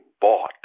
bought